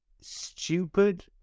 stupid